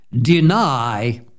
deny